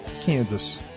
Kansas